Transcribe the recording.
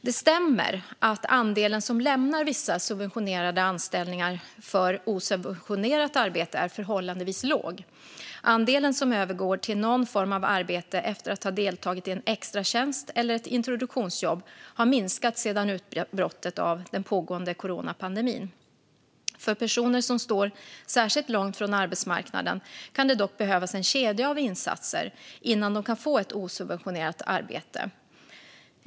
Det stämmer att andelen som lämnar vissa subventionerade anställningar för osubventionerat arbete är förhållandevis låg. Andelen som övergår till någon form av arbete efter att ha deltagit i en extratjänst eller ett introduktionsjobb har minskat sedan utbrottet av den pågående coronapandemin. För personer som står särskilt långt från arbetsmarknaden kan det dock behövas en kedja av insatser innan de kan få ett osubventionerat arbete.